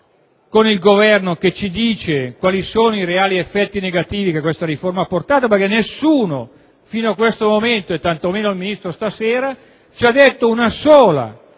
con il Governo che ci dica quali sono i reali effetti negativi che questa riforma ha portato, perché nessuno fino a questo momento, e neanche il Ministro stasera, ci ha riportato un solo